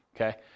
okay